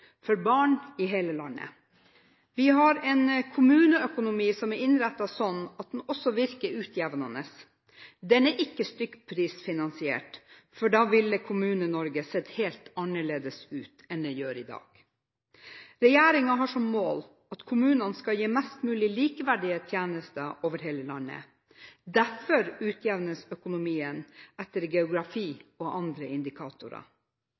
for barn i hele landet. Vi har en kommuneøkonomi som er innrettet sånn at den også virker utjevnende. Den er ikke stykkprisfinansiert, for da ville Kommune-Norge ha sett helt annerledes ut enn det gjør i dag. Regjeringen har som mål at kommunene skal gi mest mulig likeverdige tjenester over hele landet. Derfor utjevnes økonomien etter geografi og andre indikatorer.